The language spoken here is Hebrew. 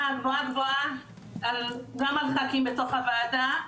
גבוהה גבוהה על גם על ח"כים בתוך הוועדה,